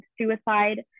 suicide